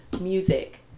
music